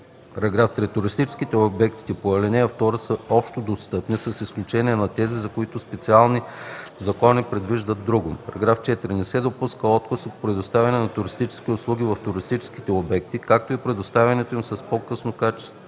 (3) Туристическите обекти по ал. 2 са общодостъпни с изключение на тези, за които специални закони предвиждат друго. (4) Не се допуска отказ от предоставяне на туристически услуги в туристически обекти, както и предоставянето им с по-ниско качество